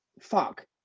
fuck